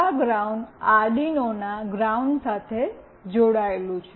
આ ground Arduino ના ground સાથે જોડાયેલું છે